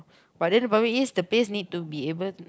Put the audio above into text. but then the problem is the place need to be able